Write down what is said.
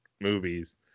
movies